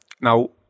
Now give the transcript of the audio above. Now